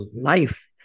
life